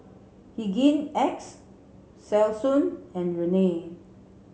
Hygin X Selsun and Rene